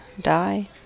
die